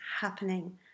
happening